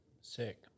Sick